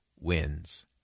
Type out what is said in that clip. wins